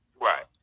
right